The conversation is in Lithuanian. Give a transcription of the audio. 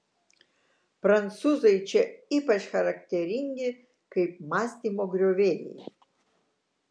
prancūzai čia ypač charakteringi kaip mąstymo griovėjai